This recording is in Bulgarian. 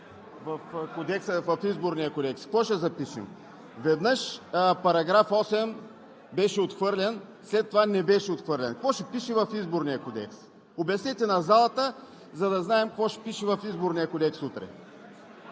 в Изборния кодекс? Какво ще запишем? Веднъж § 8 беше отхвърлен, след това не беше отхвърлен. Какво ще пише в Изборния кодекс? Обяснете на залата, за да знаем какво ще пише утре в Изборния кодекс.